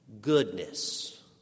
goodness